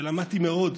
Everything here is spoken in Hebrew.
ולמדתי להעריך מאוד